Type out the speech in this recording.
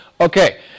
Okay